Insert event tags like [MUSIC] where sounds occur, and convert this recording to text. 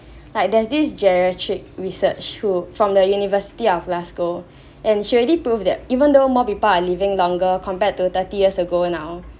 [BREATH] like there's this geriatric research who from the university of glasgow [BREATH] and she already proved that even though more people are living longer compared to thirty years ago now